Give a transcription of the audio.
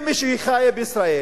אם מישהי חיה בישראל